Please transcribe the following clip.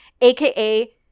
aka